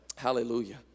Hallelujah